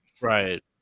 right